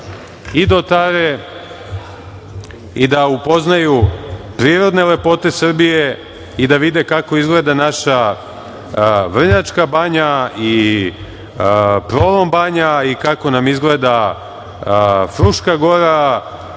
i da upoznaju prirodne lepote Srbije i da vide kako izgleda naša Vrnjačka Banja, Prolom Banja, kako nam izgleda Fruška gora,